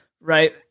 right